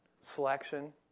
selection